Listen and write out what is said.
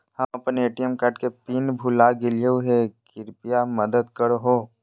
हम अप्पन ATM card के पिन भुला गेलिओ हे कृपया मदद कर हो